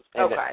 Okay